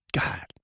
God